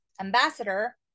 ambassador